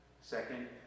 Second